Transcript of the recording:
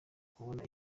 kubona